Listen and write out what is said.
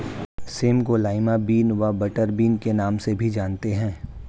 same को lima bean व butter bean के नाम से भी जानते हैं